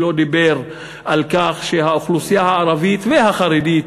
שלא דיבר על כך שהאוכלוסייה הערבית והחרדית